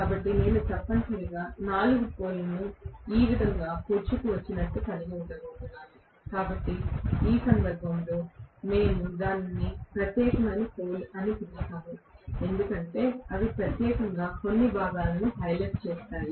కాబట్టి నేను తప్పనిసరిగా 4 పోల్ లను ఈ విధంగా పొడుచుకు వచ్చినట్లు కలిగి ఉండబోతున్నాను కాబట్టి ఈ సందర్భంలో మేము దానిని ప్రత్యేకమైన పోల్ అని పిలుస్తాము ఎందుకంటే అవి ప్రత్యేకంగా కొన్ని భాగాలను హైలైట్ చేశాయి